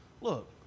look